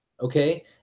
Okay